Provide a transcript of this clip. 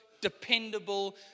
dependable